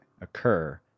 occur